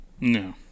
No